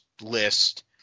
list